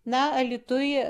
na alytuj